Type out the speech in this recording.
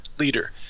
leader